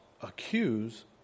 accuse